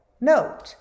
note